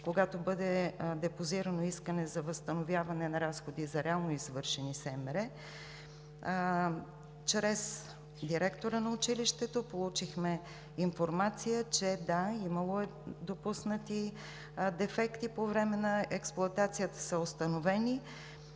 когато бъде депозирано искане за възстановяване на разходи за реално извършени СМР. Да, чрез директора на училището получихме информация, че е имало допуснати дефекти – по време на експлоатацията са установени.